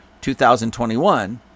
2021